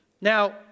Now